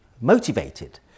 motivated